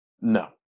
No